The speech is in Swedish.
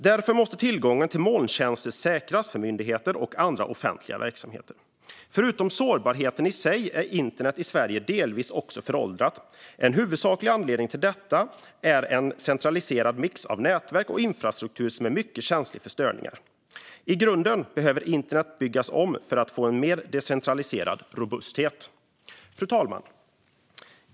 Därför måste tillgången till molntjänster säkras för myndigheter och andra offentliga verksamheter. Förutom sårbarheten i sig är internet i Sverige delvis föråldrat. En huvudsaklig anledning till detta är att det är en centraliserad mix av nätverk och infrastruktur som är mycket känslig för störningar. I grunden behöver internet byggas om för att det ska bli en mer decentraliserad robusthet. Fru talman!